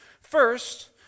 First